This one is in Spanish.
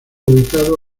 ubicado